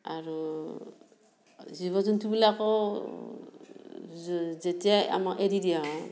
আৰু জীৱ জন্তুবিলাকো যেতিয়াই আমাক এৰি দিয়া হয়